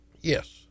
Yes